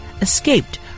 escaped